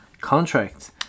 contract